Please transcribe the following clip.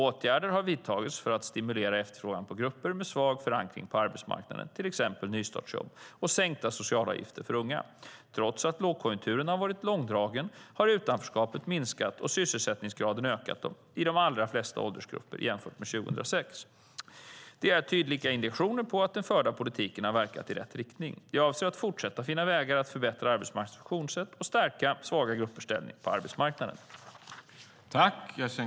Åtgärder har vidtagits för att stimulera efterfrågan på grupper med svag förankring på arbetsmarknaden, till exempel nystartsjobb och sänkta socialavgifter för unga. Trots att lågkonjunkturen har varit långdragen har utanförskapet minskat och sysselsättningsgraden ökat i de allra flesta åldersgrupper jämfört med 2006. Det är tydliga indikationer på att den förda politiken har verkat i rätt riktning. Jag avser att fortsätta finna vägar för att förbättra arbetsmarknadens funktionssätt och stärka svaga gruppers ställning på arbetsmarknaden.